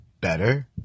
better